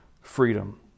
freedom